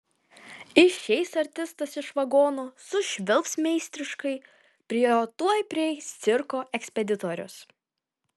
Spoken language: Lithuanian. išeis artistas iš vagono sušvilps meistriškai prie jo tuoj prieis cirko ekspeditorius